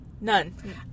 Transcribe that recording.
none